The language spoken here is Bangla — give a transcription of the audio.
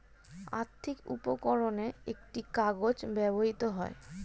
আর্থিক উপকরণে একটি কাগজ ব্যবহৃত হয়